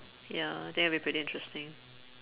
ya I think it'll be pretty interesting